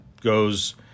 goes